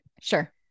Sure